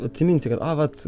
atsiminsi kad a vat